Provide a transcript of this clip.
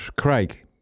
Craig